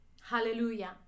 Hallelujah